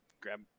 grab